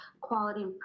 quality